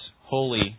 holy